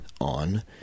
on